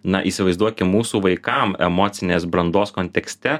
na įsivaizduokim mūsų vaikam emocinės brandos kontekste